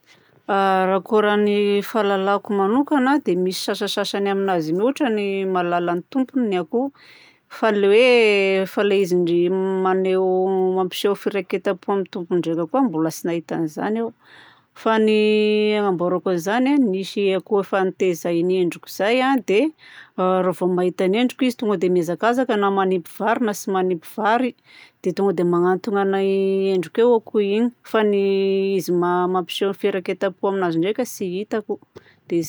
A raha kôran'ny fahalalako manokagna dia misy sasasasany aminazy io ohatran'ny mahalala tompony ny akoho. Fa ilay hoe fa ilay izy ndry maneho mampiseho firaiketam-po amin'ny tompony ndraika koa mbola tsy nahita an'izany aho. Fa ny amborako an'izany a: nisy akoho efa nitaizan'ny endriko izay dia a raha vao mahita ny endriko izy tonga dia mihazakazaka izy na manipy vary na tsy manipy vary dia tonga dia magnantona agnay endriko eo akoho igny. Fa ny izy ma- mampiseho firaiketam-pony aminazy ndraika tsy hitako.